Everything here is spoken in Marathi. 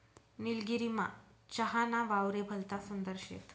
निलगिरीमा चहा ना वावरे भलता सुंदर शेत